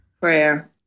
Prayer